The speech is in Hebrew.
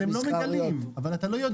הם לא מגלים ואתה לא יודע.